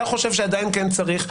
אתה חושב שעדיין כן צריך,